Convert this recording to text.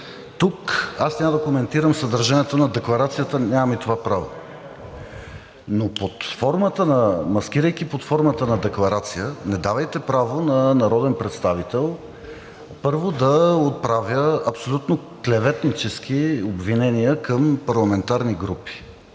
тук аз няма да коментирам съдържанието на декларацията, нямам и това право, но маскирайки се под формата на декларация, не давайте право на народен представител, първо, да отправя абсолютно клеветнически обвинения към парламентарни групи.